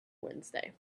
wednesday